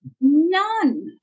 None